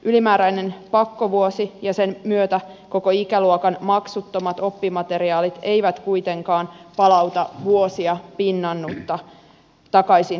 ylimääräinen pakkovuosi ja sen myötä koko ikäluokan maksuttomat oppimateriaalit eivät kuitenkaan palauta vuosia pinnannutta takaisin koulunpenkille